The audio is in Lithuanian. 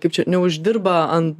kaip čia neuždirba ant